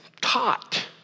taught